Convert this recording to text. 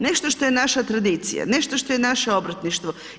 Nešto što je naša tradicija, nešto što je naše obrtništvo.